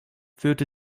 führte